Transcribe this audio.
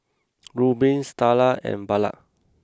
Rubin Starla and Ballard